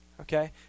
okay